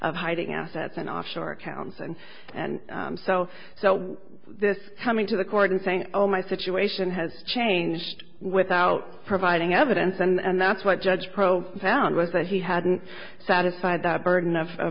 of hiding assets and offshore accounts and and so so this coming to the court and saying oh my situation has changed without providing evidence and that's what judge pro found was that he hadn't satisfied the burden of